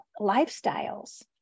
lifestyles